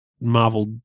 Marvel